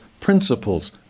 principles